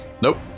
Nope